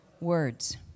Words